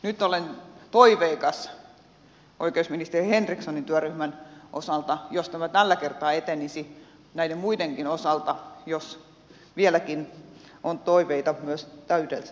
nyt olen toiveikas oikeusministeri henrikssonin työryhmän osalta jos tämä tällä kertaa etenisi näiden muidenkin osalta jos vieläkin on toiveita myös täydellisestä kiellosta